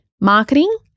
marketing